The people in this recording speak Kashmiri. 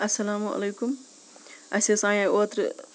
السَلامُ علیکُم اَسہِ حظ آنیاے اوترٕ